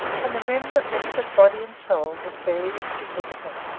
and the remnant left of body and soul was very insignificant.